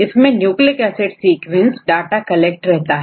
इनमें nucleic acid sequence data collect रहता है